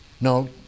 No